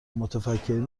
متفکرین